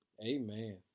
Amen